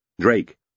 Drake